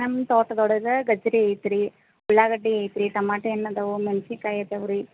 ನಮ್ಮ ತೋಟದೊಳಗ ಗಜ್ಜರಿ ಐತ್ರಿ ಉಳ್ಳಾಗಡ್ಡಿ ಐತ್ರಿ ಟಮಾಟೇ ಹಣ್ಣ್ ಅದಾವು ಮೆಣ್ಸಿನ್ಕಾಯಿ ಅದವೆ ರೀ